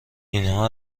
اینها